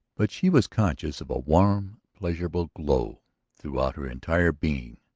but she was conscious of a warm pleasurable glow throughout her entire being.